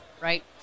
Right